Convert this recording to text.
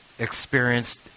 experienced